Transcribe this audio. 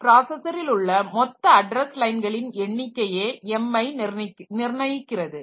பிராசஸரில் உள்ள மொத்த அட்ரஸ் லைன்களின் எண்ணிக்கையே m ஐ நிர்ணயிக்கின்றது